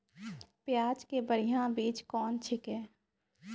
प्याज के बढ़िया बीज कौन छिकै?